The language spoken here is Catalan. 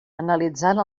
analitzant